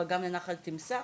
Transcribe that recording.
אבל גם לנחל תמסח